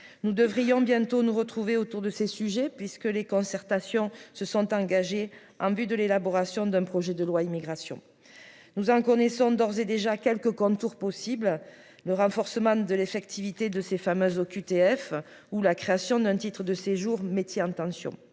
nous devrions bientôt nous retrouver autour de ces sujets puisque les concertations se sont engagées en vue de l'élaboration d'un projet de loi immigration nous en connaissons d'ores et déjà quelques contours possibles, le renforcement de l'effectivité de ces fameuses OQTF ou la création d'un titre de séjour métiers en tension,